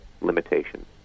limitations